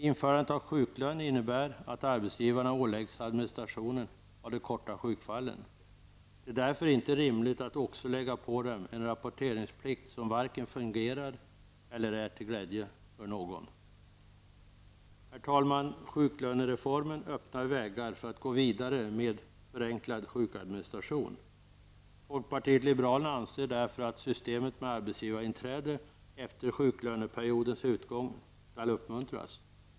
Införandet av sjuklön innebär att arbetsgivarna åläggs administrationen av de korta sjukfallen. Det är därför inte rimligt att också lägga på dem en rapporteringsplikt som vare sig fungerar eller är till glädje för någon. Herr talman! Sjuklönereformen öppnar vägar för att gå vidare med förenklad sjukadministration. Folkpartiet liberalerna anser därför att systemet med arbetsgivarinträde efter sjuklöneperiodens utgång skall uppmuntras.